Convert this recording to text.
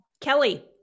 Kelly